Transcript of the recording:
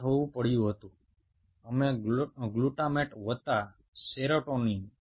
তাহলে আমরা গ্লুটামেট এবং সেরোটোনিন যোগ করব